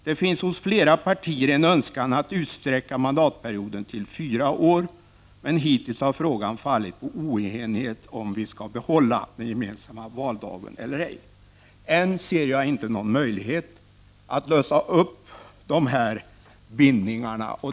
Det finns hos flera partier en önskan att utsträcka mandatperioden till fyra år, men hittills har saken fallit på oenighet i frågan, om vi skall behålla den gemensamma valdagen eller ej. Men ännu ser jag inte någon möjlighet att lösa upp de här bindningarna.